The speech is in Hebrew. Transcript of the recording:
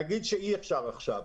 נגיד שאי אפשר עכשיו.